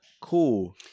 cool